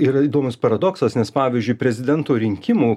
yra įdomus paradoksas nes pavyzdžiui prezidentų rinkimų